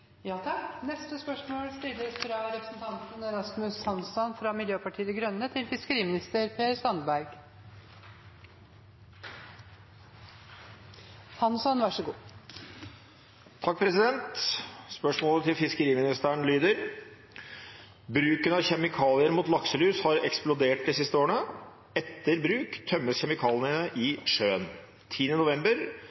Spørsmålet til fiskeriministeren lyder: «Bruken av kjemikalier mot lakselus har eksplodert de siste årene. Etter bruk tømmes kjemikaliene i